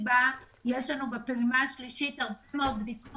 יש לנו בפעימה השלישית הרבה מאוד בדיקות